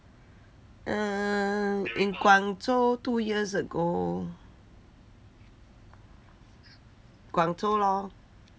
eh in guang zhou two years ago guang zhou lor